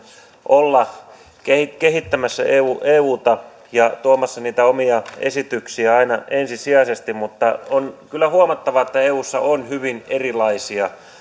olla kehittämässä euta ja tuomassa omia esityksiä aina ensisijaisesti mutta on kyllä huomattava että eussa on hyvin erilaisia